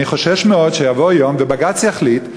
אני חושש מאוד שיבוא יום ובג"ץ יחליט,